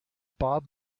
bob